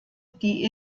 die